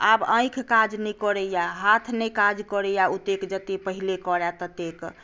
आब आँखि काज नहि करैया हाथ नहि काज करैया ओतेक जतेक पहिले करय ततेक